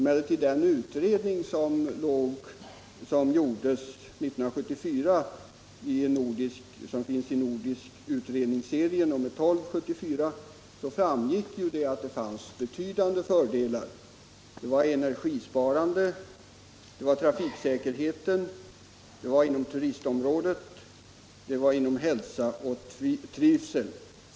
Men av den utredning som gjordes 1974 och som är utgiven i Nordisk Utredningsserie nr 12 år 1974 framgick att ett införande av sommartid var förenat med betydande fördelar. Det var energisparande, och det påverkade positivt trafiksäkerheten och turistområdet, liksom även frågorna kring människors hälsa och trivsel.